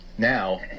Now